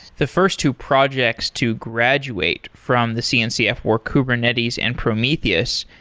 the first two projects to graduate from the cncf were kubernetes and prometheus,